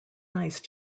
nice